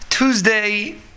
Tuesday